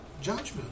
judgment